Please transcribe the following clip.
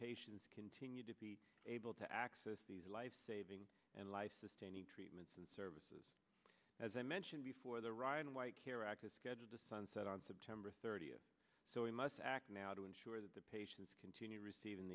patients continue to be able to access these lifesaving and life sustaining treatments and services as i mentioned before the ryan white care act is scheduled to sunset on september thirtieth so we must act now to ensure that the patients continue receiving